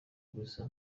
gusa